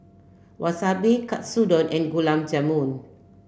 Wasabi Katsudon and Gulab Jamun